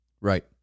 Right